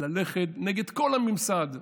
ללכת נגד כל הממסד,